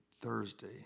Thursday